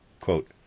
Quote